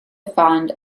fond